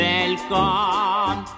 Welcome